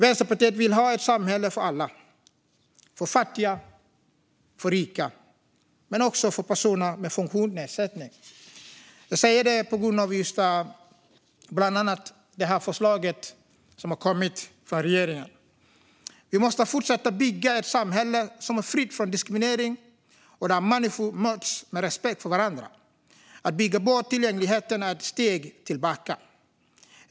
Vänsterpartiet vill ha ett samhälle för alla, för fattiga och för rika men också för personer med funktionsnedsättning. Jag säger detta på grund av bland annat det förslag som har kommit från regeringen. Vi måste fortsätta bygga ett samhälle som är fritt från diskriminering och där människor möts med respekt för varandra. Att bygga bort tillgängligheten är ett steg tillbaka.